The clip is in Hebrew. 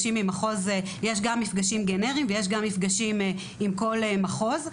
יש גם מפגשים גנריים ויש גם מפגשים עם כל מחוז,